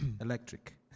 Electric